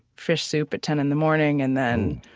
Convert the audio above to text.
fish soup at ten in the morning, and then,